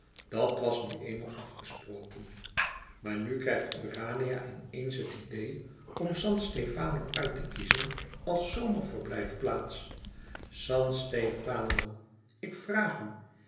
dat was nu eenmaal afgesproken maar nu krijgt urania in eens het idee om san stefano uit te kiezen als zomerverblijfplaats san stefano ik vraag u